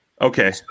Okay